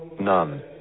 None